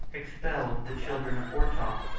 expelled the children of ortok,